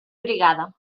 brigada